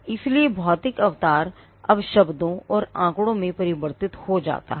इसलिए भौतिक अवतार अब शब्दों और आंकड़ों में परिवर्तित हो जाता है